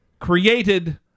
created